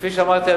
כפי שאמרתי,